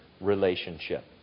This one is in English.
relationship